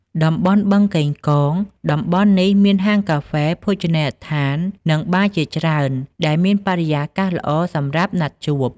តំបន់បឹងកេងកង (BKK) តំបន់នេះមានហាងកាហ្វេ ភោជនីយដ្ឋាន និងបារជាច្រើនដែលមានបរិយាកាសល្អសម្រាប់ណាត់ជួប។